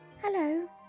Hello